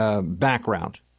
background